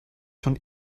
schon